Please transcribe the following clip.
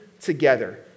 together